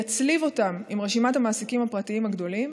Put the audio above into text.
יצליב אותם עם רשימת המעסיקים הפרטיים הגדולים,